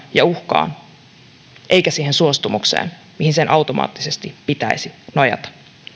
ja uhkaan eikä siihen suostumukseen mihin sen automaattisesti pitäisi nojata